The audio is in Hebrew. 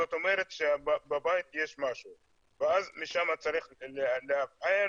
זאת אומרת שבבית יש משהו ואז שם צריך לאבחן